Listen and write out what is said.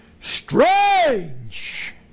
Strange